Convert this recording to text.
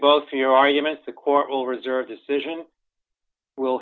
for your arguments the court will reserve decision will